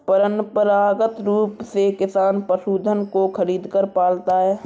परंपरागत रूप से किसान पशुधन को खरीदकर पालता है